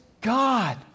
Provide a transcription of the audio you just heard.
God